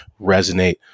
resonate